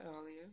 earlier